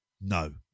No